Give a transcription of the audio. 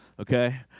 Okay